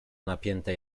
napięte